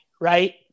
right